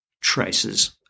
traces